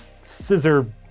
scissor